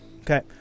okay